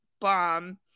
bomb